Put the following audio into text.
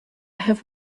have